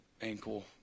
ankle